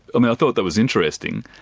um i thought that was interesting,